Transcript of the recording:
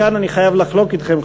כאן אני חייב לחלוק אתכם,